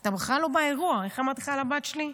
אתה בכלל לא באירוע, כמו שאמרתי לך על הבת שלי.